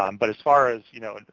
um but as far as, you know,